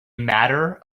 matter